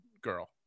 girl